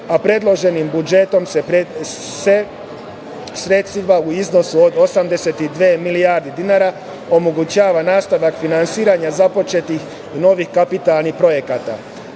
a predloženim budžetom se sredstvima u iznosu od 82 milijarde dinara omogućava nastavak finansiranja započetih novih kapitalnih projekata: